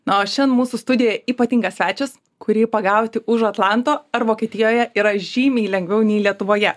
na o šiandien mūsų studija ypatingas svečias kurį pagauti už atlanto ar vokietijoje yra žymiai lengviau nei lietuvoje